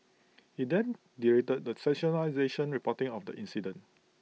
he then derided the sensationalised reporting of the incident